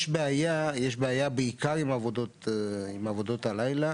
יש בעיה בעיקר עם עבודות הלילה.